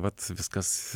vat viskas